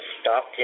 stop